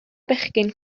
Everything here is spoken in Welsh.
bechgyn